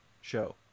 show